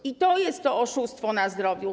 I to jest to oszustwo na zdrowiu.